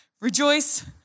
rejoice